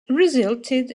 resulted